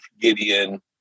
gideon